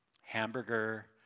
hamburger